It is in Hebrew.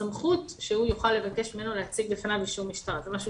הסמכות שהוא יוכל לבקש ממנו להציג בפניו אישור משטרה זה משהו